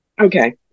okay